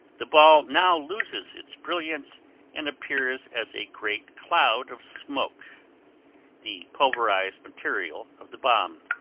the ball now loses its brilliance and appears as a great cloud of smoke the pulverized material of the bomb.